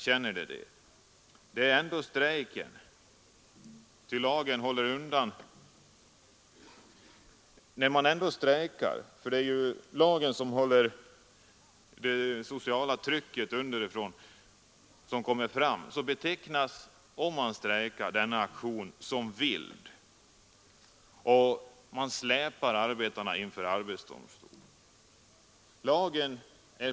När de ändå strejkar — ty lagen håller inte under det sociala trycket — så betecknas deras aktion som ”vild” och de släpas inför arbetsdomstolen.